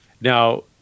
Now